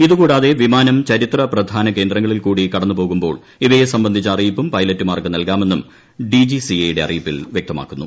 ഇതുകൂടാതെ വിമാനം ചരിത്രപ്രധാന കേന്ദ്രങ്ങളിൽ കൂടി കടന്നു പോകുമ്പോൾ ഇവയെ സംബന്ധിച്ച അറിയിപ്പും പൈലറ്റുമാർക്ക് നൽകാമെന്നും ഡിജിസിഎയുടെ അറിയിപ്പിൽ വൃക്തമാക്കുന്നു